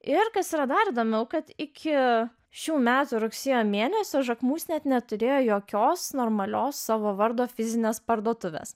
ir kas yra dar įdomiau kad iki šių metų rugsėjo mėnesio žakmus net neturėjo jokios normalios savo vardo fizinės parduotuvės